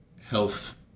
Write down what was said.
health